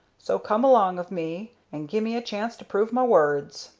so come along of me, and gi' me a chance to prove my words.